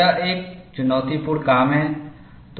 यह एक चुनौतीपूर्ण काम है